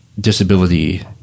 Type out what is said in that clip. disability